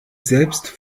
selbst